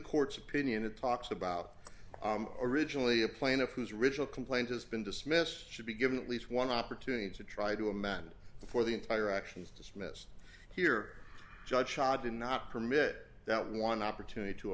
court's opinion it talks about originally a plaintiff whose original complaint has been dismissed should be given least one opportunity to try to amend before the entire action is dismissed here judge shodan not permit that one opportunity to